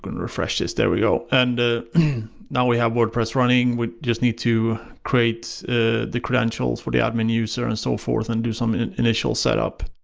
refresh this. there we go! and now we have wordpress running, we just need to create the credentials for the admin user and so forth and do some initial setup.